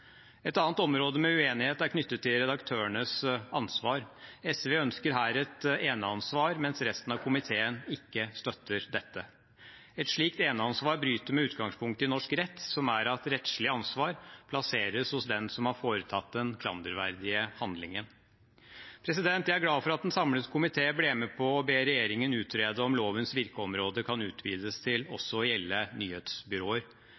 Et annet område med uenighet er knyttet til redaktørenes ansvar. SV ønsker her et eneansvar, mens resten av komiteen ikke støtter dette. Et slikt eneansvar bryter med utgangspunktet i norsk rett, som er at rettslig ansvar plasseres hos den som har foretatt den klanderverdige handlingen. Jeg er glad for at en samlet komité ble med på å be regjeringen utrede om lovens virkeområde kan utvides til